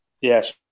yes